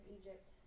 Egypt